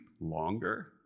longer